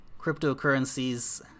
cryptocurrencies